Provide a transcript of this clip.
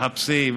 תחפשי.